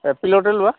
এপ্ৰিলতে লোৱা